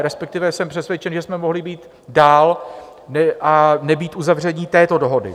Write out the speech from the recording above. Respektive jsem přesvědčen, že jsme mohli být dál, nebýt uzavření této dohody.